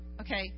Okay